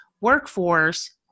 workforce